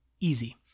Easy